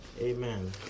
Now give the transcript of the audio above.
Amen